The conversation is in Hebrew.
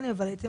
אנחנו צריכים